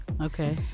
Okay